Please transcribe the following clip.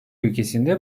ülkesinde